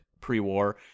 pre-war